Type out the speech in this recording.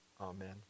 amen